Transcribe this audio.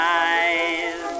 eyes